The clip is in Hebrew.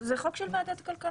זה חוק של ועדת הכלכלה.